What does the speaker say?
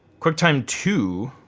quicktime two,